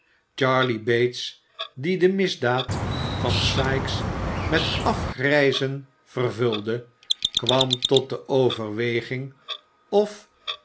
charley bates dien de misdaad van sikes met afgrijzen vervulde kwam tot de overweging of